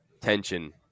tension